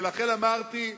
ולכן אמרתי: